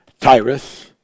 Tyrus